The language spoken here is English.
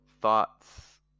thoughts